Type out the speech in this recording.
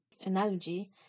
analogy